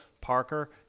Parker